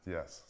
Yes